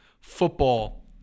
football